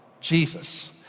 Jesus